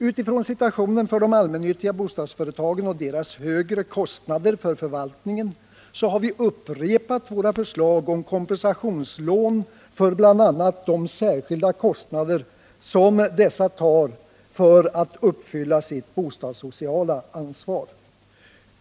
Utifrån situationen för de allmännyttiga bostadsföretagen och deras högre kostnader för förvaltning har vi upprepat våra förslag om kompensationslån för bl.a. de särskilda kostnader som dessa tar på sig för att uppfylla sitt bostadssociala ansvar.